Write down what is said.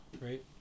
right